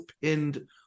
pinned